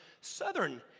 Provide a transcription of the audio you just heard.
southern